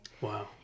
Wow